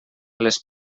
les